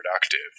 productive